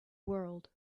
world